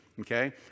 Okay